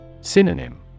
Synonym